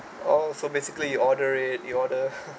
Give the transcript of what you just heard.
oh so basically you order it you order